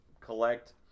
collect